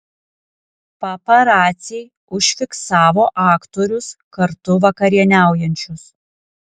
paparaciai užfiksavo aktorius kartu vakarieniaujančius